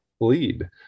lead